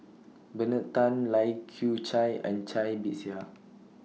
Bernard Tan Lai Kew Chai and Cai Bixia